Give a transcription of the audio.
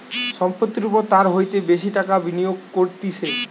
সম্পত্তির ওপর তার হইতে বেশি টাকা বিনিয়োগ করতিছে